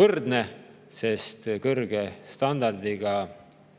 võrdne, sest kõrge standardiga,